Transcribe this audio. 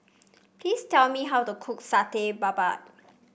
please tell me how to cook Satay Babat